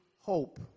hope